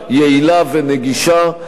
יעילה ונגישה.